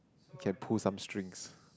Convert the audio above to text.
can pull some strings